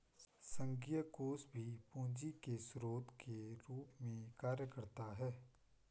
संघीय कोष भी पूंजी के स्रोत के रूप में कार्य करता है